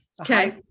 okay